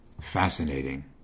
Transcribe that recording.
Fascinating